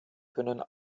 können